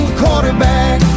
quarterback